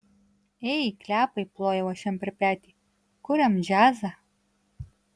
ei klepai plojau aš jam per petį kuriam džiazą